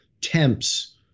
temps